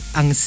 ang